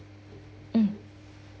mm